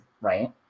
right